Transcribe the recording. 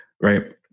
right